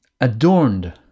adorned